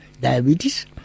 diabetes